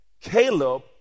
Caleb